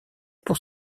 pour